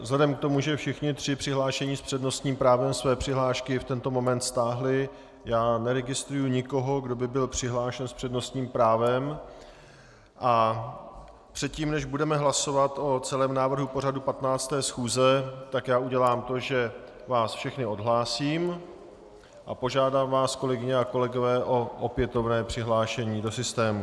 Vzhledem k tomu, že všichni tři přihlášení s přednostním právem své přihlášky v tento moment stáhli, já neregistruji nikoho, kdo by byl přihlášen s přednostním právem, a předtím než budeme hlasovat o celém návrhu pořadu 15. schůze, tak udělám to, že vás všechny odhlásím a požádám vás, kolegyně a kolegové, o opětovné přihlášení do systému.